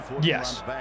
yes